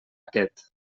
aquest